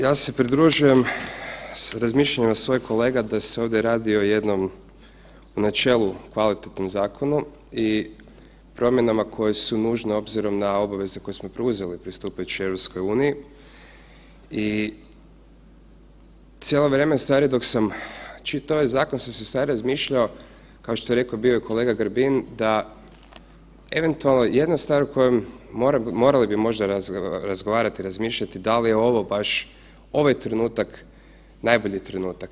Ja se pridružujem sa razmišljanjima svojih kolega da se ovdje radi o jednom načelu kvalitetnim zakonom i promjenama koje su nužne obzirom na obaveze koje smo preuzeli pristupajući EU i cijelo vrijeme dok sam čitao ovaj zakon sam se ustvari razmišljao kao što je rekao bio je kolega Grbin da eventualno jednu stvar o kojoj bi morali možda razgovarati, razmišljati da li je ovo baš ovaj trenutak najbolji trenutak.